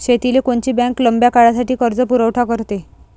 शेतीले कोनची बँक लंब्या काळासाठी कर्जपुरवठा करते?